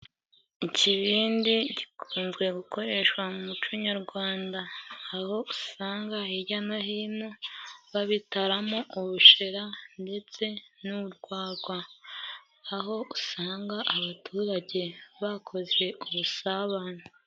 Ikibindi gikunzwe gukoreshwa mu muco nyarwanda aho usanga hijya no hino babitaramo ubushera ndetse n'urwagwa aho usanga abaturage bakoze ubusabane.